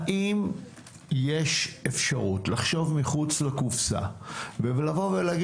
האם יש אפשרות לחשוב מחוץ לקופסה ולומר: